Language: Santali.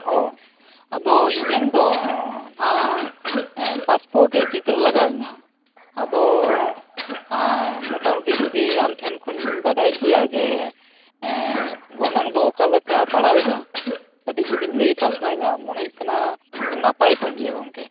ᱚᱸᱻ ᱟᱫᱚ ᱤᱧᱟᱹᱝ ᱫᱚ ᱦᱟᱸᱜ ᱯᱟᱥᱯᱚᱴ ᱪᱤᱛᱟ ᱨ ᱞᱟᱜᱟᱣ ᱟ ᱧᱟ ᱟᱫᱚ ᱢᱚᱴᱟ ᱢᱩᱴᱤ ᱡᱩᱫᱤ ᱟᱢᱴᱷᱮᱱ ᱠᱷᱚᱱᱤᱧ ᱵᱟᱰᱟᱭ ᱠᱮᱭᱟ ᱡᱮ ᱜᱚᱱᱚᱝ ᱫᱚ ᱚᱠᱟᱞᱮᱠᱟ ᱯᱟᱲᱦᱟᱣᱟ ᱧᱟ ᱠᱟ ᱴᱤᱡ ᱡᱩᱫᱤᱢ ᱞᱟ ᱭ ᱯᱟᱥᱱᱟᱣᱟ ᱧᱟ ᱢᱚᱱᱮ ᱠᱟᱱᱟ ᱱᱟᱯᱟᱭ ᱠᱚᱜ ᱜᱮᱭᱟ ᱜᱚᱢᱠᱮ